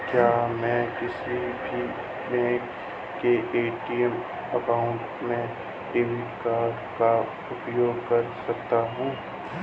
क्या मैं किसी भी बैंक के ए.टी.एम काउंटर में डेबिट कार्ड का उपयोग कर सकता हूं?